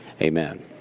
Amen